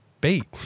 bait